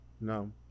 No